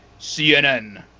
CNN